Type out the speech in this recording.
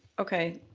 okay,